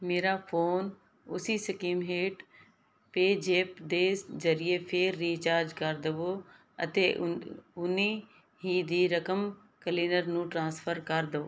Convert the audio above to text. ਮੇਰਾ ਫੋਨ ਉਸੀ ਸਕੀਮ ਹੇਠ ਪੇਅ ਜ਼ੈਪ ਦੇ ਜਰੀਏ ਫਿਰ ਰਿਚਾਰਜ ਕਰ ਦਵੋ ਅਤੇ ਓਨੀ ਹੀ ਦੀ ਰਕਮ ਕਲੀਨਰ ਨੂੰ ਟ੍ਰਾਂਸਫਰ ਕਰ ਦੋ